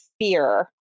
fear